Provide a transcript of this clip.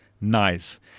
nice